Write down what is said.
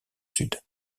sud